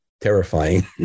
terrifying